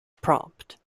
prompt